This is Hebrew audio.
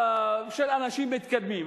של אנשים מתקדמים,